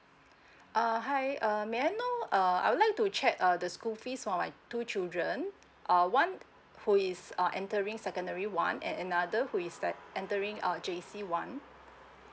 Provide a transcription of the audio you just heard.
uh hi uh may I know uh I would like to check uh the school fees for my two children uh one who is uh entering secondary one and another who is like entering uh J_C one